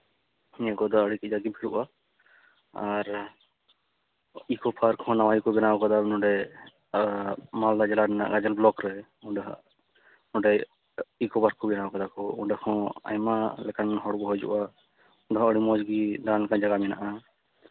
ᱱᱤᱭᱟᱹ ᱠᱚᱫᱚ ᱟᱹᱰᱤ ᱠᱟᱡᱟᱠ ᱜᱮ ᱵᱷᱤᱲᱚᱜᱼᱟ ᱟᱨ ᱤᱠᱚ ᱯᱟᱨᱠ ᱦᱚᱸ ᱱᱟᱣᱟ ᱜᱮᱠᱚ ᱵᱮᱱᱟᱣ ᱠᱟᱫᱟ ᱱᱚᱰᱮ ᱢᱟᱞᱫᱟ ᱡᱮᱞᱟ ᱨᱮᱱᱟᱜ ᱜᱟᱡᱚᱞ ᱵᱞᱚᱠ ᱨᱮ ᱚᱸᱰᱮ ᱦᱟᱸᱜ ᱚᱸᱰᱮ ᱤᱠᱳ ᱯᱟᱨᱠ ᱠᱚ ᱵᱮᱱᱟᱣ ᱠᱟᱟ ᱠᱚ ᱚᱸᱰᱮ ᱦᱚᱸ ᱟᱭᱢᱟ ᱞᱮᱠᱟᱱ ᱦᱚᱲ ᱠᱚ ᱦᱤᱡᱩᱜᱼᱟ ᱚᱸᱰᱮ ᱦᱚᱸ ᱟᱹᱰᱤ ᱢᱚᱡᱽ ᱜᱮ ᱫᱟᱬᱟᱱ ᱞᱮᱠᱟᱱ ᱡᱟᱭᱜᱟ ᱢᱮᱱᱟᱜᱼᱟ